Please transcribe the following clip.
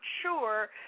sure